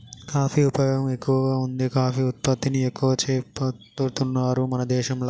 coffee ఉపయోగం ఎక్కువగా వుంది కాఫీ ఉత్పత్తిని ఎక్కువ చేపడుతున్నారు మన దేశంల